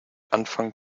anfangen